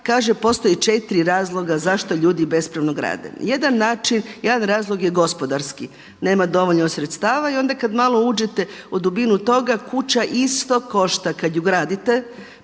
kaže postoji četiri razloga zašto ljudi bespravno grade. Jedan razlog je gospodarski, nema dovoljno sredstava i onda kad malo uđete u dubinu toga kuća isto košta kad ju gradite